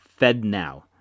FedNow